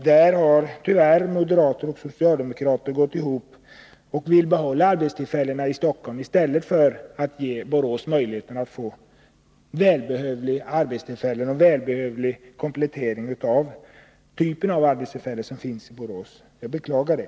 Där har moderater och socialdemokrater gått ihop och vill behålla arbetstillfällena i Stockholm i stället för att ge Borås möjligheten att få en välbehövlig komplettering av den typ av arbetstillfällen som nu finns i Borås. Jag beklagar det.